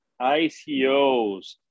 ICOs